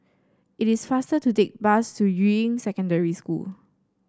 it is faster to take bus to Yuying Secondary School